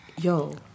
Yo